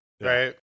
right